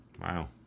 Wow